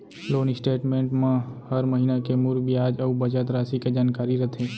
loan statement म हर महिना के मूर बियाज अउ बचत रासि के जानकारी रथे